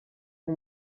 nko